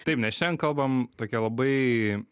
taip nes šiandien kalbam tokia labai